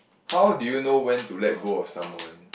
how do you know when to let go of someone